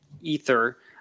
Ether